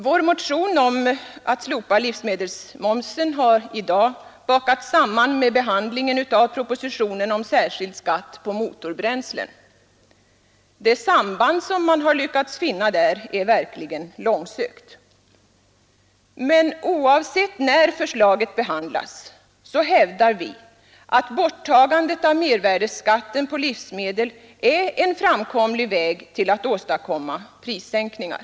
Vår motion om slopad livsmedelsmoms har i dag bakats samman med behandlingen av propositionen om särskild skatt på motorbränslen. Det samband man lyckats finna är verkligen långsökt. Men oavsett när förslaget behandlas så hävdar vi att borttagandet av mervärdeskatten på livsmedel är en framkomlig väg till att åstadkomma prissänkningar.